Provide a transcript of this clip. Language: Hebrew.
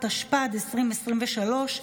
התשפ"ד 2023,